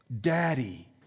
Daddy